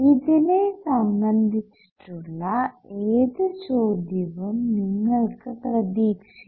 ഇതിനെ സംബന്ധിച്ചിട്ടുള്ള ഏത് ചോദ്യവും നിങ്ങൾക്ക് പ്രതീക്ഷിക്കാം